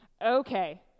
Okay